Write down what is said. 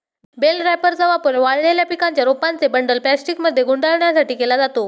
bell रॅपरचा वापर वाळलेल्या पिकांच्या रोपांचे बंडल प्लास्टिकमध्ये गुंडाळण्यासाठी केला जातो